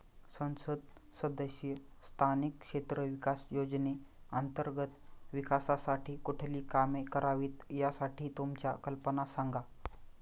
संसद सदस्य स्थानिक क्षेत्र विकास योजने अंतर्गत विकासासाठी कुठली कामे करावीत, यासाठी तुमच्या कल्पना सांगा